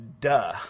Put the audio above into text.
Duh